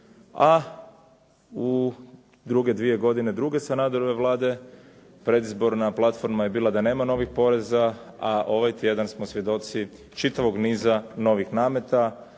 a u druge dvije godine druge Sanaderove Vlade predizborna platforma je bila da nema novih poreza, a ovaj tjedan smo svjedoci čitavog niza novih nameta.